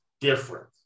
different